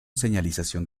señalización